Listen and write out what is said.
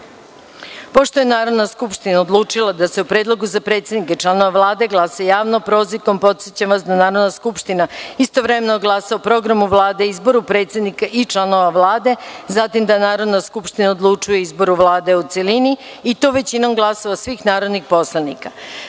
je Narodna skupština odlučila da se o Predlogu za predsednika i članove Vlade glasa javno – prozivkom, podsećam vas da Narodna skupština istovremeno glasa o Programu Vlade i izboru predsednika i članova Vlade, zatim da Narodna skupština odlučuje o izboru Vlade u celini i to većinom glasova svih narodnih poslanika. Takođe